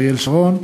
אריאל שרון,